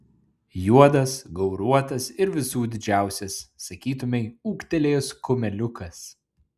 juodas gauruotas ir visų didžiausias sakytumei ūgtelėjęs kumeliukas